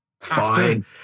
fine